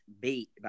beat